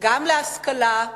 גם להשכלה,